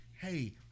hey